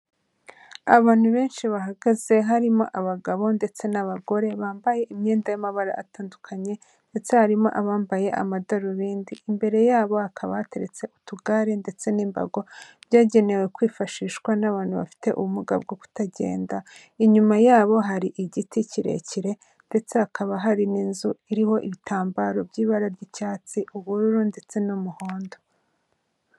Abantu benshi bahagaze harimo abagabo ndetse n'abagore, bambaye imyenda y'amabara atandukanye ndetse harimo abambaye amadarubindi, imbere yabo hakaba hateretse utugare ndetse n'imbago byagenewe kwifashishwa n'abantu bafite ubumuga bwo kutagenda, inyuma yabo hari igiti kirekire ndetse hakaba hari n'inzu iriho ibitambaro by'ibara ry'icyatsi, ubururu ndetse n'umuhondo.